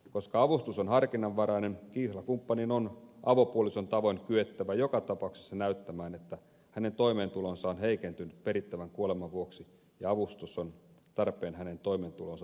koska avustus on harkinnanvarainen kihlakumppanin on avopuolison tavoin kyettävä joka tapauksessa näyttämään että hänen toimeentulonsa on heikentynyt perittävän kuoleman vuoksi ja avustus on tarpeen hänen toimeentulonsa turvaamiseksi